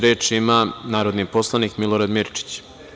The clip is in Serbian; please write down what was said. Reč ima narodni poslanik Milorad Mirčić.